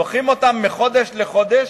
דוחים אותם מחודש לחודש.